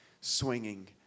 swinging